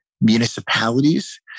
municipalities